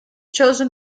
chosen